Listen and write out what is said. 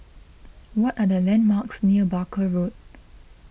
what are the landmarks near Barker Road